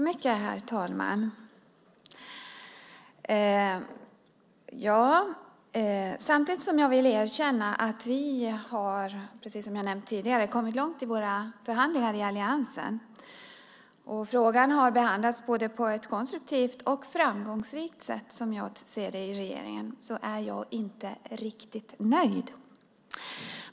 Herr talman! Samtidigt som jag vill erkänna att vi, precis som jag har nämnt tidigare, har kommit långt i våra förhandlingar i alliansen och frågan, som jag ser det, har behandlats på ett både konstruktivt och framgångsrikt sätt i regeringen är jag inte riktigt nöjd.